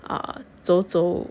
ah 走走